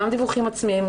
גם דיווחים עצמיים.